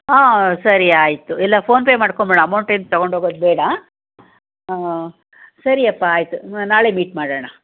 ಹಾಂ ಸರಿ ಆಯಿತು ಎಲ್ಲ ಫೋನ್ಪೇ ಮಾಡ್ಕೊಂಬಿಡೋಣ ಅಮೌಂಟ್ ಏನು ತಗೊಂಡು ಹೋಗೋದ್ ಬೇಡ ಸರಿಯಪ್ಪ ಆಯಿತು ನಾಳೆ ಮೀಟ್ ಮಾಡೋಣ